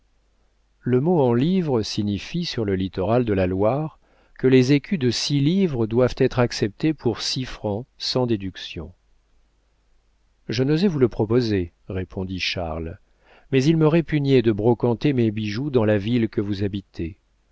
le mot en livres signifie sur le littoral de la loire que les écus de six livres doivent être acceptés pour six francs sans déduction je n'osais vous le proposer répondit charles mais il me répugnait de brocanter mes bijoux dans la ville que vous habitez